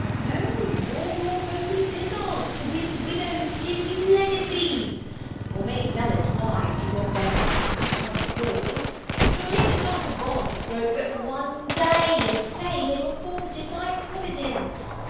no, nor your holy vizard, to win widows to give you legacies or make zealous wives to rob their husbands for the common cause nor take the start of bonds broke but one day, and say, they were forfeited by providence.